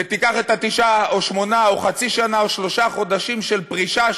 ותיקח את התשעה או שמונה או שישה או שלושה חודשים של פרישה,